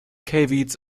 caveats